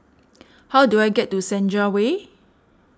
how do I get to Senja Way